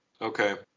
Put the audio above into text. Okay